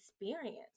experience